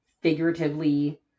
figuratively